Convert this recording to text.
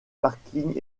parkings